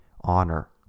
honor